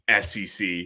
sec